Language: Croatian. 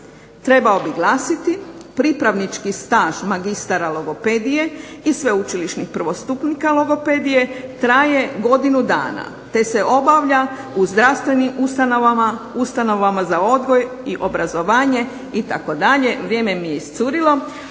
trebao bi glasiti, pripravnički staž magistra logopedije i sveučilišni prvostupnik logopedije traje godinu dana te se obavlja u zdravstvenim ustanovama, ustanovama za odgoj i obrazovanje itd. vrijeme mi je iscurilo.